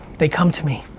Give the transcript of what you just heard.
they come to me.